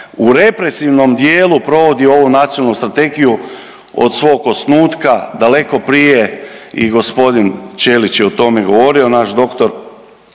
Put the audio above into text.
u represivnom dijelu provodi ovu Nacionalnu strategiju od svog osnutka, daleko prije i g. Ćelić je o tome govorio, naš doktor,